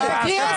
מדבר?